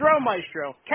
Maestro